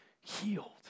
healed